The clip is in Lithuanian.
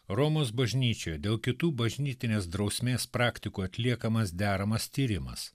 romos bažnyčioje dėl kitų bažnytinės drausmės praktikų atliekamas deramas tyrimas